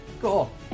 Cool